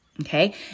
Okay